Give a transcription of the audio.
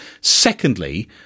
Secondly